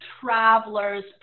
travelers